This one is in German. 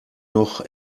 noch